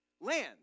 Land